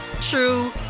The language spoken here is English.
true